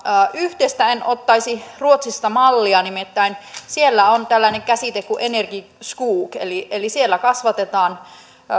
yhdestä en ottaisi ruotsista mallia nimittäin siellä on tällainen käsite kuin energiskog eli eli siellä kasvatetaan